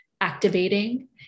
activating